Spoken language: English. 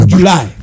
July